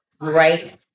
right